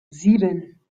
sieben